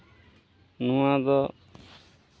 ᱱᱚᱣᱟ ᱫᱚ